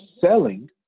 selling